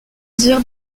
dire